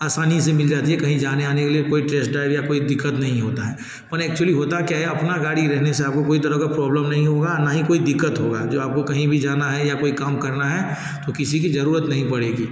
आसानी से मिल जाती है कहीं जाने आने के लिए कोई टेस्ट ड्राइव या कोई दिक़्क़त नहीं होती है पर एक्चुअली होता क्या है अपनी गाड़ी रहने से आपको कोई तरह की प्रॉब्लम नहीं होगी और ना ही कोई दिक़्क़त होगी जो आपको कहीं भी जाना है या कोई काम करना है तो किसी की ज़रूरत नहीं पड़ेगी